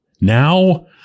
now